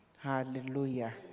Hallelujah